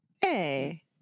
Hey